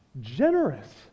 generous